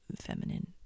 feminine